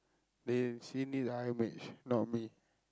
they seen this in I_M_H not me